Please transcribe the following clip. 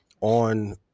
on